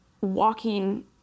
walking